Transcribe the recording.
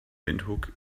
windhoek